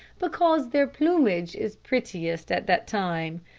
because their plumage is prettiest at that time,